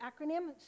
acronym